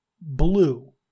blue